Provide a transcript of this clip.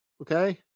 okay